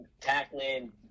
tackling